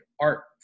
art